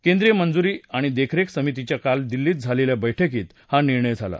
केंद्रीय मंजुरी आणि देखरेख समितीच्या काल दिल्लीत झालेल्या बैठकीत हा निर्णय झाला